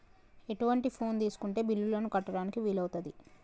ఎటువంటి ఫోన్ తీసుకుంటే బిల్లులను కట్టడానికి వీలవుతది?